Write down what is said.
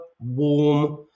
warm